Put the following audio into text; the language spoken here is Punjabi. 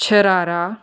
ਸ਼ਰਾਰਾ